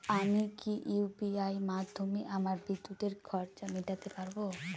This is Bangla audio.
আমি কি ইউ.পি.আই মাধ্যমে আমার বিদ্যুতের খরচা মেটাতে পারব?